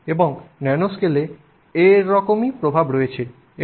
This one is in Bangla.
এবং ন্যানোস্কেলে এরকমই প্রভাব রয়েছে